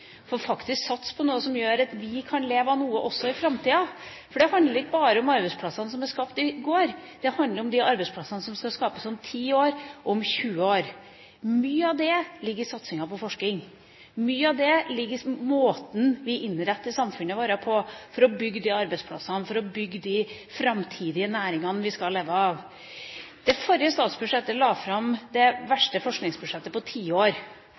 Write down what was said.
og faktisk satse på noe som gjør at vi kan leve av noe også i framtida. Det handler ikke bare om arbeidsplassene som ble skapt i går, det handler om de arbeidsplassene som skal skapes om ti år, om 20 år. Mye av dette ligger i satsinga på forskning, mye av dette ligger i måten vi innretter samfunnet vårt på for å bygge disse arbeidsplassene, for å bygge de framtidige næringene vi skal leve av. Med det forrige statsbudsjettet la man fram det verste forskningsbudsjettet på